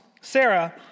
Sarah